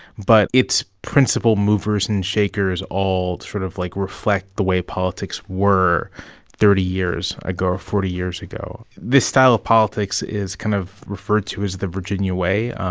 but its principal movers and shakers all sort of, like, reflect the way politics were thirty years ago or forty years ago. this style of politics is kind of referred to as the virginia way.